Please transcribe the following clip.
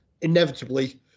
inevitably